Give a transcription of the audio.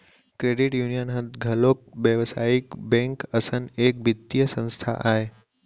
credit union ह घलोक बेवसायिक बेंक असन एक बित्तीय संस्था आय